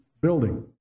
building